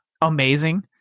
amazing